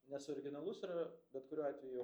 nes originalus yra bet kuriuo atveju